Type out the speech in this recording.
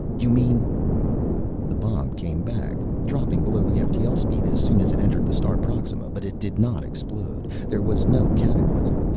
you mean the bomb came back, dropping below the ftl speed as soon as it entered the star proxima. but it did not explode. there was no cataclysm.